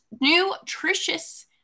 nutritious